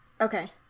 Okay